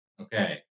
Okay